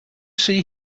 see